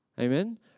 Amen